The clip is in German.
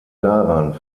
daran